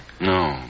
No